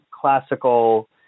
classical